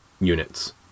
units